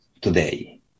today